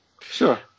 Sure